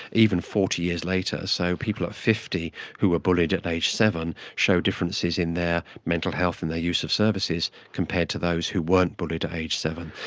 even forty years later. so people at fifty who were bullied at aged seven show differences in their mental health and their use of services compared to those who weren't bullied at age seven.